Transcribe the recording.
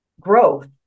growth